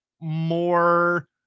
more